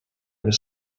was